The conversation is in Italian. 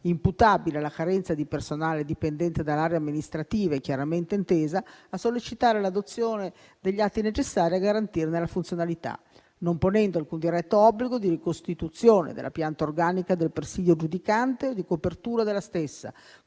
imputabile alla carenza di personale dipendente dell'area amministrativa e chiaramente intesa a sollecitare l'adozione degli atti necessari a garantirne la funzionalità (...)», non ponendo alcun diretto obbligo di ricostituzione della pianta organica del presidio giudicante o di copertura della stessa,